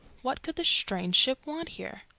what could the strange ship want here?